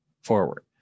forward